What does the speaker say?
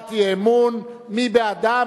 הצעת אי-אמון, מי בעדה?